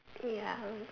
ya mm